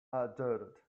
outdated